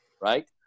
right